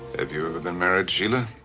have you ever been married, shela?